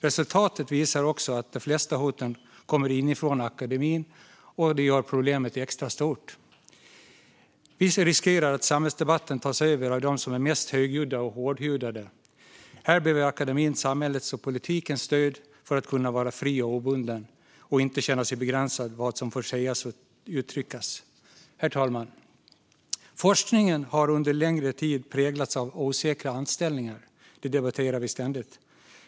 Resultaten visar också att de flesta hoten kommer inifrån akademin, och det gör problemet extra stort. Vi riskerar att samhällsdebatten tas över av dem som är mest högljudda och hårdhudade. Här behöver akademin samhällets och politikens stöd för att kunna vara fri och obunden och inte känna sig begränsad vad gäller vad som får sägas och uttryckas. Herr talman! Forskningen har under lång tid präglats av osäkra anställningar. Detta debatterar vi ständigt.